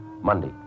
Monday